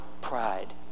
pride